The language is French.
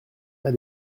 pas